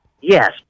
Yes